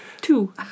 Two